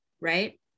right